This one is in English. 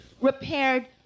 repaired